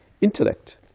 intellect